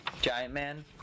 Giant-Man